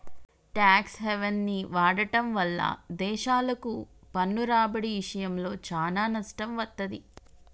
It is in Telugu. ట్యేక్స్ హెవెన్ని వాడటం వల్ల దేశాలకు పన్ను రాబడి ఇషయంలో చానా నష్టం వత్తది